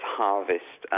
harvest